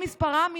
מספרם,